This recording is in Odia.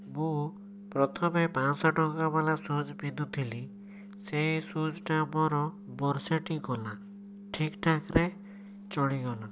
ମୁଁ ପ୍ରଥମେ ପାଞ୍ଚଶହ ଟଙ୍କା ବାଲା ସୁଜ୍ ପିନ୍ଧୁଥିଲି ସେ ସୁଜ୍ଟା ମୋର ବର୍ଷେଟି ଗଲା ଠିକ୍ ଠାକ୍ ରେ ଚଳିଗଲା